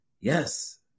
Yes